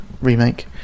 remake